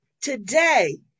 today